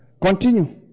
Continue